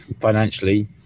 financially